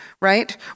right